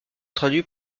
traduit